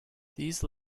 these